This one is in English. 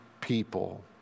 people